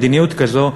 מדיניות כזו,